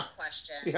question